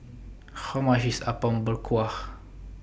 How much IS Apom Berkuah